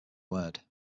word